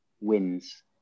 wins